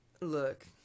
look